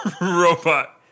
Robot